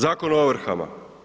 Zakon o ovrhama.